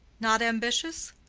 not ambitious?